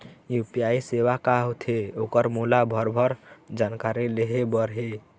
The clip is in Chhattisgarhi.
यू.पी.आई सेवा का होथे ओकर मोला भरभर जानकारी लेहे बर हे?